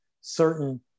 certain